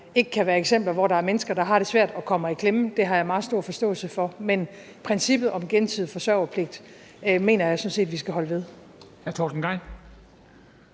ikke kan være eksempler, hvor der er mennesker, der har det svært og kommer i klemme. Det har jeg meget stor forståelse for. Men princippet om gensidig forsørgerpligt mener jeg sådan set vi skal holde fast